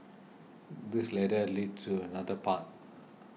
this ladder leads to another path